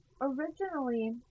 originally